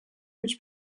być